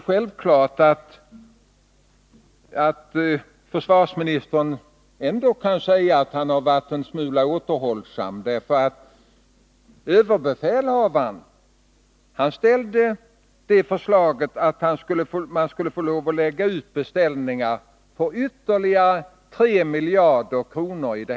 Självfallet kan försvarsministern ändå säga att han har varit en smula återhållsam, då överbefälhavaren framställde förslag om att försvaret i detta läge skulle få lov att lägga ut beställningar på ytterligare 3 miljarder kronor.